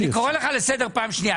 אני קורא לך לסדר פעם שנייה.